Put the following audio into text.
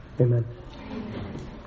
Amen